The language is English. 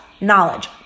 knowledge